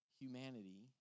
humanity